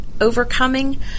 overcoming